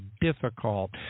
difficult